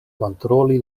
kontroli